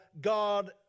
God